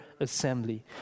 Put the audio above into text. assembly